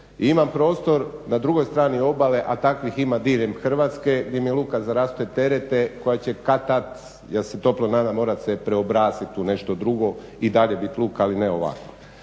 imam prostor na drugoj strani obale, a takvih ima diljem Hrvatske, gdje mi je luka za rasute terete koja će kad-tad ja se toplo nadam se morati se preobraziti u nešto drugo i dalje biti luka ali ne ovakva.